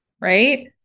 right